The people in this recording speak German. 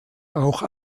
auch